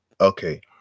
okay